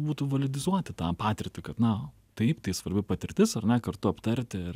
būtų validizuoti tą patirtį kaip na taip tai svarbi patirtis ar ne kartu aptarti ir